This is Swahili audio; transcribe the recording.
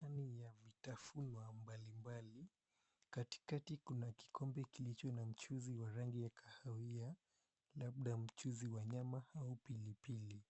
Sinia ya vitafunwa mbalimbali. Katikati kuna kikombe kilicho na mchuzi wa rangi ya kahawia, labda mchuzi wa nyama au pilipili.